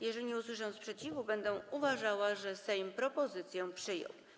Jeżeli nie usłyszę sprzeciwu, będę uważała, że Sejm propozycję przyjął.